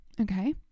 Okay